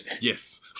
Yes